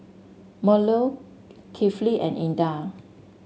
Melur Kifli and Indah